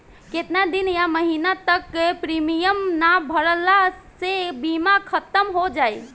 केतना दिन या महीना तक प्रीमियम ना भरला से बीमा ख़तम हो जायी?